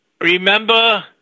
Remember